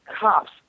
cops